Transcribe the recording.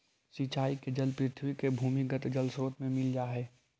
सिंचाई के जल पृथ्वी के भूमिगत जलस्रोत से मिल जा हइ